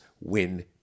win